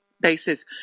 basis